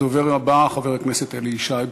הדובר הבא, חבר הכנסת אלי ישי.